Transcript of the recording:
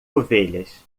ovelhas